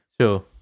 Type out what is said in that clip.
Sure